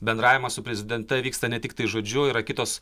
bendravimas su prezidente vyksta ne tiktai žodžiu yra kitos